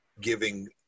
giving